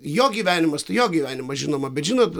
jo gyvenimas tai jo gyvenimas žinoma bet žinot